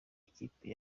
ikipe